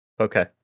okay